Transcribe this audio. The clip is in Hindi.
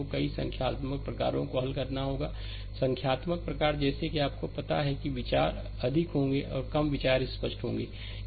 तो कई संख्यात्मक प्रकारों को हल करना होगा संख्यात्मक प्रकार जैसे कि आपको पता है कि विचार अधिक होंगे या कम विचार स्पष्ट होंगे है ना